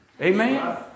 Amen